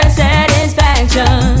satisfaction